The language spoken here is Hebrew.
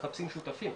מחפשים שותפים,